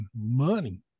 money